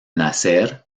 nacer